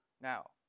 Now